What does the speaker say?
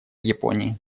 японии